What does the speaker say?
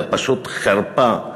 זה פשוט חרפה.